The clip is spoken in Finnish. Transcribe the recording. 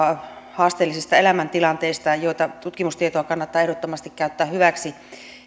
haasteellisista elämäntilanteista ja sitä tutkimustietoa kannattaa ehdottomasti käyttää hyväksi